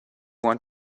want